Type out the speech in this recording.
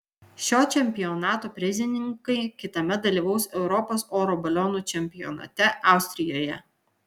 šio čempionato prizininkai kitąmet dalyvaus europos oro balionų čempionate austrijoje